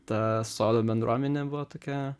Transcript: ta sodo bendruomenė buvo tokia